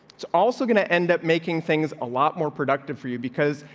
it's also gonna end up making things a lot more productive for you because,